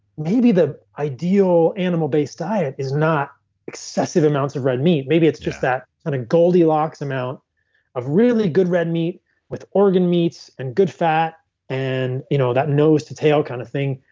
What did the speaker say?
maybe the ideal animal-based diet is not excessive amounts of red meat. maybe it's just that and goldilocks amount of really good red meat with organ meats and good fat and you know that nose to tail kind of thing,